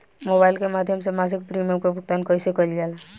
Mobile के माध्यम से मासिक प्रीमियम के भुगतान कैसे कइल जाला?